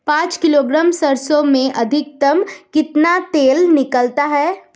पाँच किलोग्राम सरसों में अधिकतम कितना तेल निकलता है?